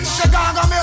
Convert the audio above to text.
Chicago